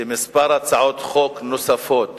שכמה הצעות חוק נוספות